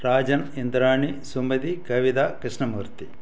Rajan Indrani Sumathi Kavitha Krishnamurthy